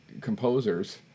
composers